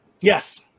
Yes